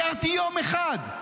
תיארתי יום אחד.